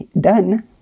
done